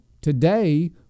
today